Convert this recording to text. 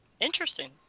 Interesting